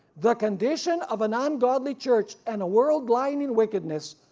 the condition of an ungodly church and a worldly and and wickedness,